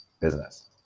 business